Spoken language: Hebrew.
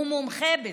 הוא מומחה בזה.